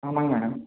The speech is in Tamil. ஆமாம்ங்க மேடம்